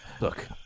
look